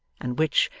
and which,